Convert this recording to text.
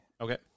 Okay